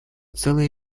целый